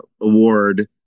award